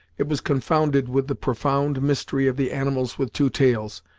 it was confounded with the profound mystery of the animals with two tails,